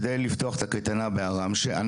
על מנת לפתוח את הקייטנה בערם שייח',